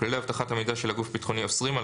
וכללי אבטחת המידע של הגוף הביטחוני אוסרים על